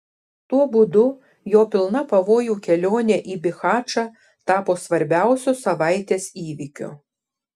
tuo būdu jo pilna pavojų kelionė į bihačą tapo svarbiausiu savaitės įvykiu